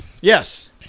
Yes